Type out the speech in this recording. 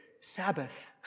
Sabbath